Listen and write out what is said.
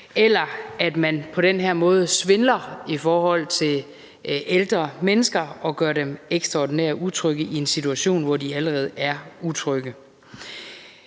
eller at man på den her måde svindler i forhold til ældre mennesker og gør dem ekstraordinært utrygge i en situation, hvor de allerede er utrygge.